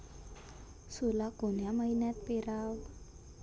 सोला कोन्या मइन्यात पेराव?